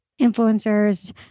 influencers